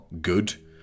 good